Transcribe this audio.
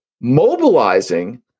mobilizing